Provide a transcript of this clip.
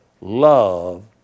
Love